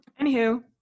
Anywho